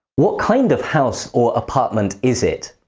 what kind of house or apartment is it?